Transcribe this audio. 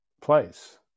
place